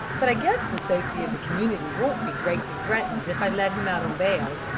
but i guess the safety of the community won't be greatly threatened if i let him out on bail.